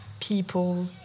people